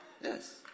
Yes